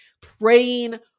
praying